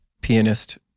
pianist